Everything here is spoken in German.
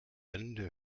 ende